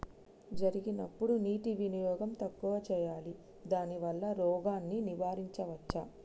జరిగినప్పుడు నీటి వినియోగం తక్కువ చేయాలి దానివల్ల రోగాన్ని నివారించవచ్చా?